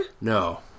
No